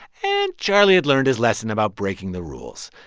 and charlie had learned his lesson about breaking the rules.